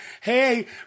hey